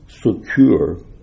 secure